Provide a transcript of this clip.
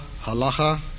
halacha